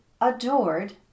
adored